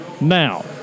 Now